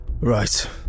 Right